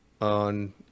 on